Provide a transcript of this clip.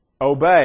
obey